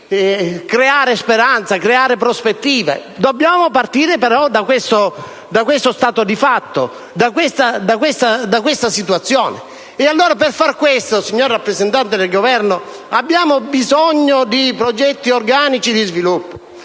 creare speranza e prospettive. Dobbiamo partire però da questa situazione di fatto. Per fare questo, signor rappresentante del Governo, abbiamo bisogno di progetti organici di sviluppo.